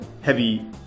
heavy